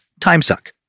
timesuck